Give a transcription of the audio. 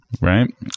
Right